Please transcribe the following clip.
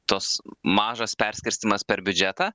tas mažas perskirstymas per biudžetą